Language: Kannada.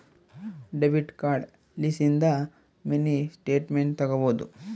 ಡೆಬಿಟ್ ಕಾರ್ಡ್ ಲಿಸಿಂದ ಮಿನಿ ಸ್ಟೇಟ್ಮೆಂಟ್ ತಕ್ಕೊಬೊದು